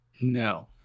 No